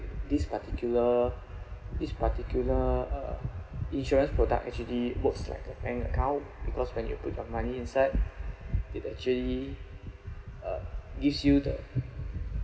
this particular this particular uh insurance product actually works like a bank account because when you put your money inside it actually uh gives you the